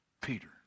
Peter